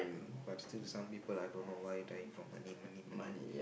but still some people I don't know why dying for money money money